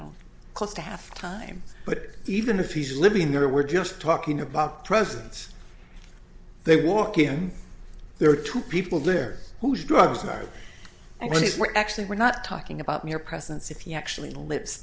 know close to half time but even if he's living there we're just talking about presence they walk in there are two people there whose drugs are i think we're actually we're not talking about mere presence if he actually lives